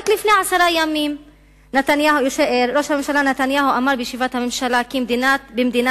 רק לפני עשרה ימים ראש הממשלה נתניהו אמר בישיבת הממשלה כי במדינת